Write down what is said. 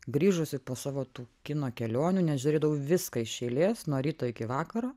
grįžusi po savo tų kino kelionių nes žiūrėdavau viską iš eilės nuo ryto iki vakaro